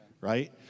right